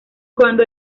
cuando